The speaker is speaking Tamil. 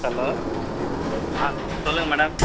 ஹலோ ஆ சொல்லுங்கள் மேடம்